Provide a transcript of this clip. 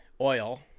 oil